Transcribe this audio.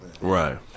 Right